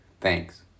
Thanks